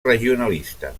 regionalista